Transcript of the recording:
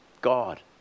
God